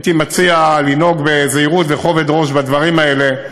הייתי מציע לנהוג בזהירות ובכובד ראש בדברים האלה,